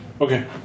Okay